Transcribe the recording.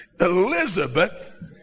Elizabeth